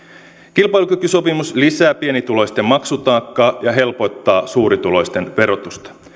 kilpailukykysopimus lisää pienituloisten maksutaakkaa ja helpottaa suurituloisten verotusta